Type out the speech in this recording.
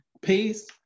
Peace